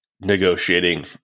negotiating